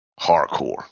Hardcore